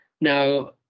Now